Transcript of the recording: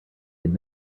had